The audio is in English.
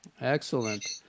Excellent